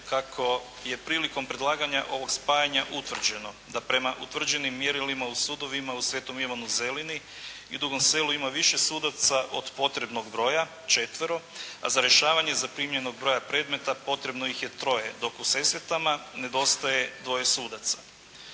kako je prilikom predlaganja ovog spajanja utvrđeno da prema utvrđenim mjerilima u sudovima u Svetom Ivanu Zelini i Dugom Selu ima više sudaca od potrebnog broja, četvero, a za rješavanje zaprimljenog broja predmeta potrebno ih je troje, dok u Sesvetama nedostaje dvoje sudaca.